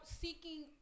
seeking